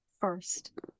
first